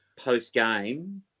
post-game